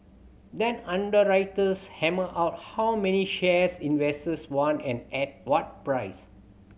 then underwriters hammer out how many shares investors want and at what price